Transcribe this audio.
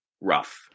Rough